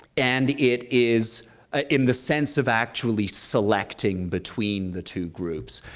and it is ah in the sense of actually selecting between the two groups.